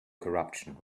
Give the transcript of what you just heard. corruption